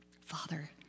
Father